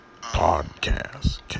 Podcast